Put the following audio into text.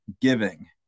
giving